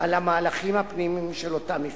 על המהלכים הפנימיים של אותן מפלגות.